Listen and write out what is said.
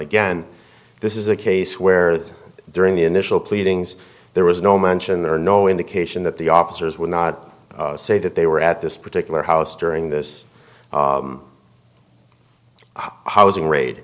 again this is a case where during the initial pleadings there was no mention there no indication that the officers would not say that they were at this particular house during this housing raid